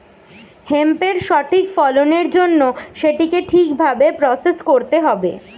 হেম্পের সঠিক ফলনের জন্য সেটিকে ঠিক ভাবে প্রসেস করতে হবে